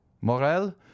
Morel